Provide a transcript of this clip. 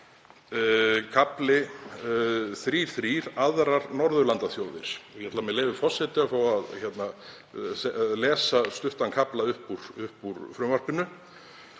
kafli 3.3, Aðrar Norðurlandaþjóðir. Ég ætla, með leyfi forseta, að fá að lesa stuttan kafla upp úr frumvarpinu.